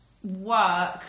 Work